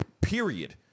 period